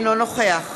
אינו נוכח